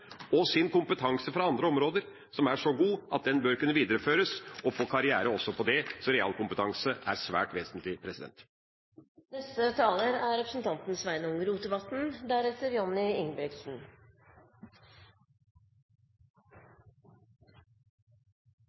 ved sin væremåte – og kompetanse fra andre områder som er så gode at en bør kunne videreføre det, og få en karriere også på det grunnlag. Så realkompetanse er svært vesentlig.